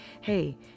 hey